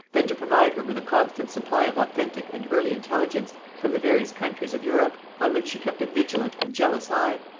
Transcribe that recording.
than to provide her with a constant supply of authentic and early intelligence from the various countries of europe, on which she kept a vigilant and jealous eye.